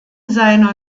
seiner